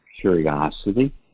curiosity